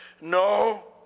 No